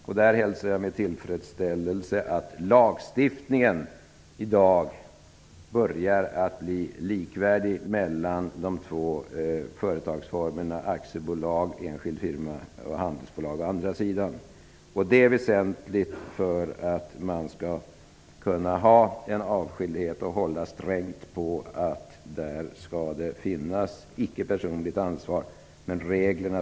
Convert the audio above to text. Jag hälsar med tillfredsställelse att lagstiftningen i dag börjar att bli likvärdig mellan de två företagsformerna aktiebolag/enskild firma och handelsbolag. Det är väsentligt för att man skall kunna ha en avskildhet och för att man skall kunna hålla strängt på att det skall finnas personlig ansvarsfrihet.